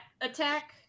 attack